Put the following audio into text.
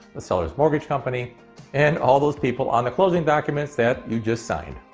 the seller's mortgage company and all those people on the closing documents that you just signed.